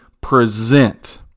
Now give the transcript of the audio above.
present